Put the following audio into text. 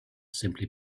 simply